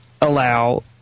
allow